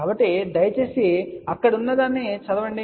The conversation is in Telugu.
కాబట్టి దయచేసి అక్కడ ఉన్నదాన్ని చదవండి